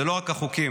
אלו לא רק החוקים,